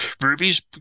Ruby's